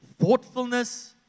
thoughtfulness